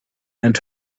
and